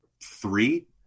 three